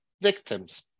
victims